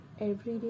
everyday